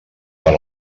per